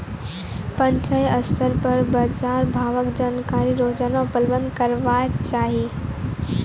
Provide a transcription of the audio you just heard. पंचायत स्तर पर बाजार भावक जानकारी रोजाना उपलब्ध करैवाक चाही?